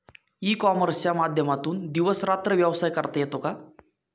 E कॉमर्सच्या माध्यमातून दिवस रात्र व्यवसाय करता येतो का?